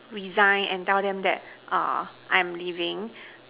resign and tell them that err I am leaving